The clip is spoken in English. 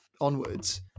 onwards